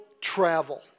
travel